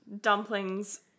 dumplings